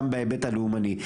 גם בהיבט הלאומני.